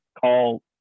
Call